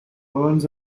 burns